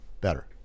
better